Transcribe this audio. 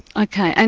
ok, and